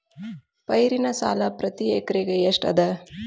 ಪೈರಿನ ಸಾಲಾ ಪ್ರತಿ ಎಕರೆಗೆ ಎಷ್ಟ ಅದ?